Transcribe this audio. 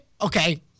okay